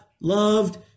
loved